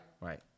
Right